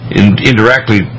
indirectly